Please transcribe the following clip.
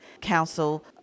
Council